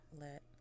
let